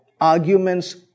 arguments